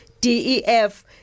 DEF